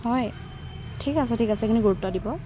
হয় ঠিক আছে ঠিক আছে সেইখিনি গুৰুত্ব দিব